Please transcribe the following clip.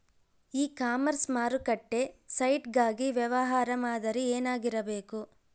E commerce ಮಾರುಕಟ್ಟೆ site ಗಾಗಿ ವ್ಯವಹಾರ ಮಾದರಿ ಏನಾಗಿರಬೇಕು?